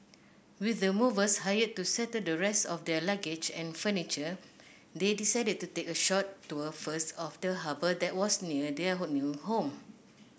with the movers hired to settle the rest of their luggage and furniture they decided to take a short tour first of the near their new home